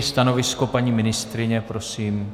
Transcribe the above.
Stanovisko paní ministryně prosím.